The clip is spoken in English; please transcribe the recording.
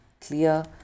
clear